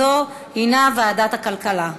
לוועדת הכלכלה נתקבלה.